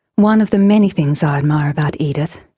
one of the many things i admire about edith,